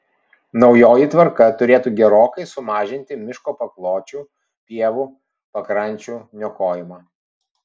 naujoji tvarka turėtų gerokai sumažinti miško pakločių pievų pakrančių niokojimą